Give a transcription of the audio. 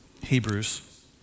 Hebrews